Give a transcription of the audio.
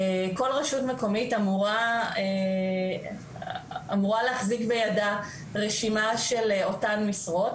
כל רשות מקומית אמורה להחזיק בידה רשימה של אותן משרות,